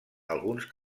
alguns